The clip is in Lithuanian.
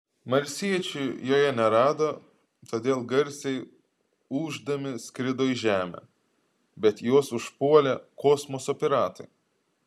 marsiečių joje nerado todėl garsiai ūždami skrido į žemę bet juos užpuolė kosmoso piratai